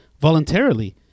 voluntarily